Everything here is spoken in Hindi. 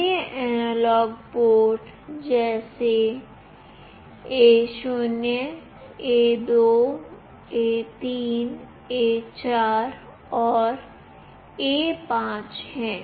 अन्य एनालॉग पोर्ट्स जैसे A0 A2 A3 A4 और A5 हैं